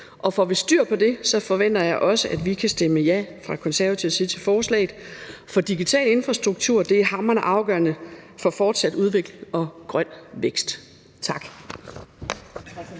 Og får vi styr på det, forventer jeg også, at vi fra Konservatives side kan stemme ja til forslaget, for digital infrastruktur er hamrende afgørende for fortsat udvikling og grøn vækst. Tak.